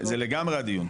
זה לגמרי הדיון.